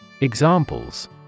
Examples